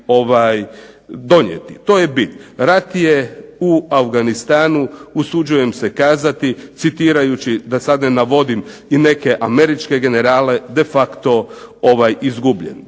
To je bi. Rat je u Afganistanu usuđujem se kazati citirati da sada ne navodim i neke američke generale, de facto izgubljen.